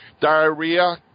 Diarrhea